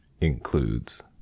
includes